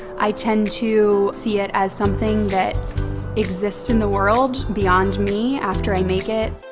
i tend to see it as something that exists in the world beyond me after i make it.